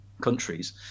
countries